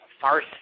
farce